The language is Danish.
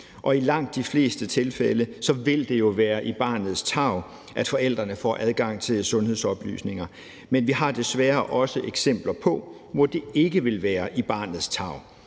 og i langt de fleste tilfælde vil det jo være i barnets tarv, at forældrene får adgang til sundhedsoplysninger. Men vi har desværre også eksempler, hvor det ikke vil være i barnets tarv.